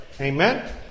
Amen